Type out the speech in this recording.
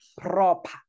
Proper